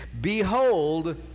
Behold